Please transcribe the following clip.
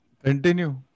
Continue